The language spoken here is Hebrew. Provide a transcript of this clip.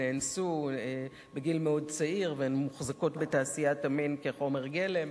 נאנסו בגיל מאוד צעיר והן מוחזקות בתעשיית המין כחומר גלם.